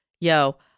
Yo